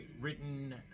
written